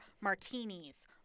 martinis